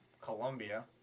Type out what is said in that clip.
Colombia